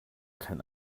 kein